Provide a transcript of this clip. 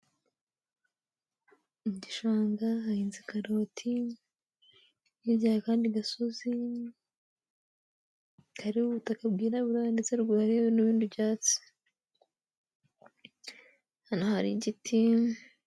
Igishanga hahinze karoti hirya hari akandi gasozi kariho ubutaka bwiraburarwa ndetse ruguru hariyo n'ibindi byatsi, hano hari igiti.